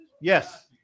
Yes